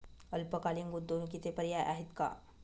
अल्पकालीन गुंतवणूकीचे पर्याय आहेत का?